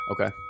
okay